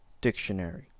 dictionary